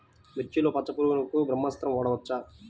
మిర్చిలో పచ్చ పురుగునకు బ్రహ్మాస్త్రం వాడవచ్చా?